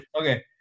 okay